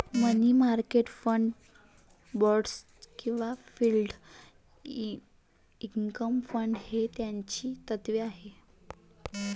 मनी market fund, bonds किंवा fixed income fund ही त्याची तत्त्वे आहेत